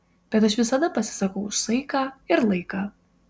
bet aš visada pasisakau už saiką ir laiką